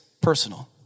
personal